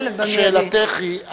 שאלתך היא,